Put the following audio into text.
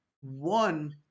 One